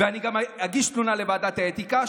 ואני גם אגיש תלונה לוועדת האתיקה.